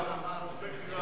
העובדה